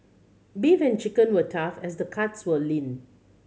beef and chicken were tough as the cuts were lean